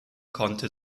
konnte